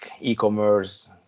e-commerce